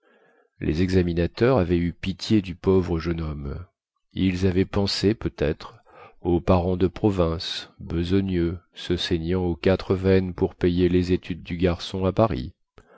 les examinateurs avaient eu pitié du pauvre jeune homme ils avaient pensé peut-être aux parents de province besogneux se saignant aux quatre veines pour payer les études du garçon à paris